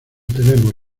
tenemos